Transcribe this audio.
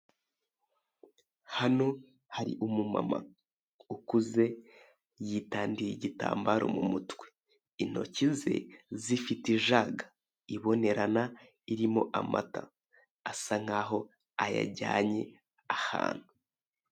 Hano hari umumama ukuze yitandiye igitambaro mu mutwe intoki ze zifite ijaga ibonenerana irimo amata asa nkaho ayajyanye ahantu.